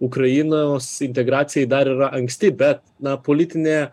ukrainaos integracijai dar yra anksti bet na politinė